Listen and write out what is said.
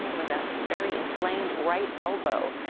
with a very inflamed right elbow.